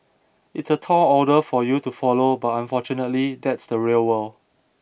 it's a tall order for you to follow but unfortunately that's the real world